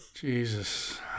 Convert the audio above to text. Jesus